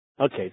Okay